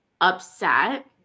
upset